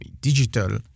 digital